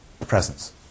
presence